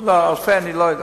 לא, אלפי אני לא יודע.